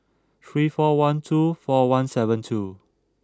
three four one two four one seven two